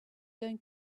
going